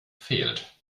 fehlt